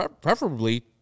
preferably